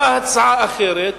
באה הצעה אחרת,